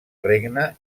regne